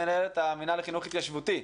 מנהלת המינהל לחינוך התיישבותי.